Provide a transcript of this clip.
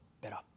better